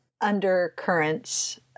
undercurrents